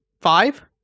five